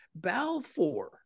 balfour